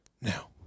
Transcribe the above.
Now